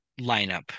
lineup